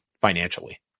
financially